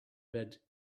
red